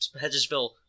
Hedgesville